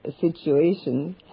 situation